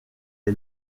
est